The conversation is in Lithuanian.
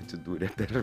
atsidūrė per